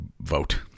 vote